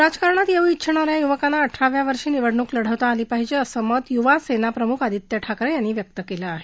राजकारणात येऊ इच्छिणाऱ्या युवकांना अठराव्या वर्षी निवडणुक लढवता आली पाहिजे असं मत युवा सेना प्रमुख आदित्य ठाकरे यांनी व्यक्त केलं आहे